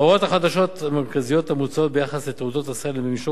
ההוראות החדשות המרכזיות המוצעות ביחס לתעודות הסל הן במישור